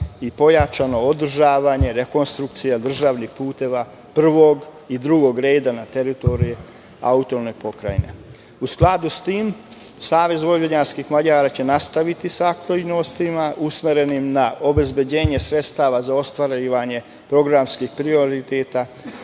i pojačano održavanje rekonstrukcija državnih puteva prvog i drugog reda na teritoriji AP Vojvodina.U skladu sa tim, SVM će nastaviti sa aktivnostima usmerenim na obezbeđenju sredstava za ostvarivanjem programskih prioriteta